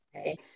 okay